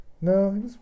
No